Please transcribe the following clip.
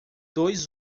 dois